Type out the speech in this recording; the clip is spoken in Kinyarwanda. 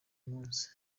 munsi